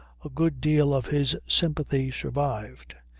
a good deal of his sympathy survived.